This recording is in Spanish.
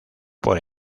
por